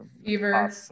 fever